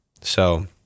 So-